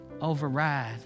override